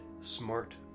smart